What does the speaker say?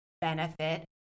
benefit